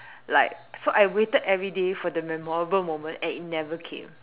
like so I waited everyday for the memorable moment and it never came